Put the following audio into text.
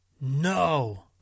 No